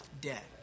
debt